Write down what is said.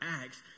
acts